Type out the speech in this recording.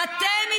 אנחנו?